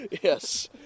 Yes